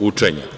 učenja.